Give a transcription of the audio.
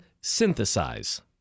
synthesize